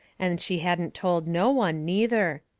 and she hadn't told no one, neither.